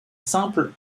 simple